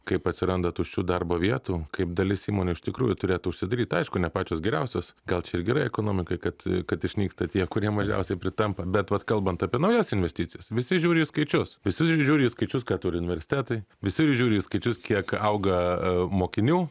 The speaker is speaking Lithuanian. kaip atsiranda tuščių darbo vietų kaip dalis įmonių iš tikrųjų turėtų užsidaryti aišku ne pačios geriausios gal ir gerai ekonomikai kad kad išnyksta tie kurie mažiausiai pritampa bet vat kalbant apie naujas investicijas visi žiūri į skaičius visi žiūri į skaičius ką turi universitetai visi žiūri į skaičius kiek auga mokinių